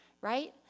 right